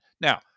Now